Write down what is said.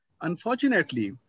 Unfortunately